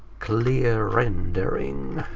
clear rendering.